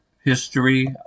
history